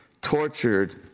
tortured